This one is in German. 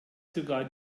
sogar